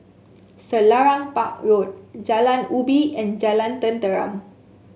Selarang Park Road Jalan Ubi and Jalan Tenteram